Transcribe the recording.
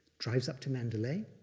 drives up to mandalay,